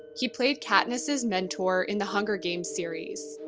he played katniss's mentor in the hunger games series,